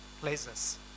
places